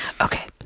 Okay